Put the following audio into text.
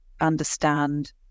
understand